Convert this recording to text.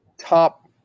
top